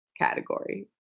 category